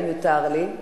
אם יותר לי,